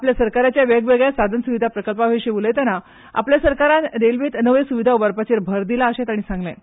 आपल्या सरकाराच्या वेगवेगळ्या साधनसविधा प्रकल्पां विशी उलैतना आपल्या सरकारान रेलवेंत नव्यो सुविधा उबारपाचेर भर दिला अशें ताणी सांगलें